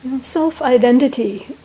self-identity